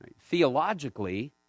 Theologically